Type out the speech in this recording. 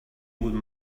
would